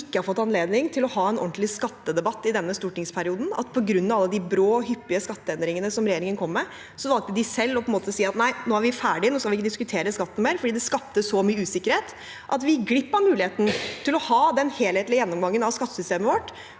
ikke har fått anledning til å ha en ordentlig skattedebatt i denne stortingsperioden. På grunn av de brå og hyppige skatteendringene som regjeringen kom med, valgte de selv å si at nei, nå er vi ferdig, nå skal vi ikke diskutere skatt mer. Dette skapte så mye usikkerhet at vi gikk glipp av muligheten til å ha den helhetlige gjennomgangen av skattesystemet vårt